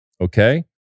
Okay